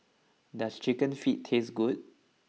does Chicken Feet taste good